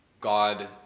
God